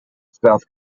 south